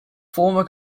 former